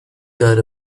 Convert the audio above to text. got